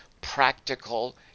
practical